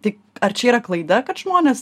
tai ar čia yra klaida kad žmonės